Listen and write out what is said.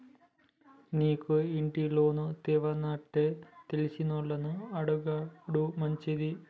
నీకు ఇంటి లోను తేవానంటే తెలిసినోళ్లని అడుగుడు మంచిది